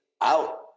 out